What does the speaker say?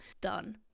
done